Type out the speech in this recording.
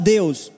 Deus